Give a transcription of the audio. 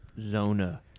Zona